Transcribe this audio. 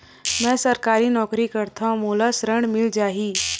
मै सरकारी नौकरी करथव मोला ऋण मिल जाही?